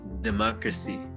democracy